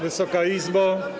Wysoka Izbo!